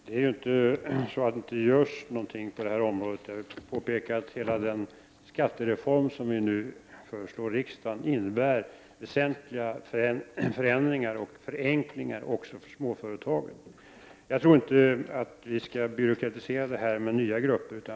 Fru talman! Det förhåller sig ju inte så, att det inte görs någonting på detta område. Jag vill påpeka att hela den skattereform som vi nu föreslår riksdagen innebär väsentliga förändringar och förenklingar också för småföretagen. Jag tror inte att detta skall byråkratiseras med nya grupper.